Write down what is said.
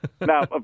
Now